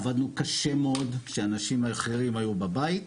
עבדנו קשה מאוד כשאנשים אחרים היו בבית.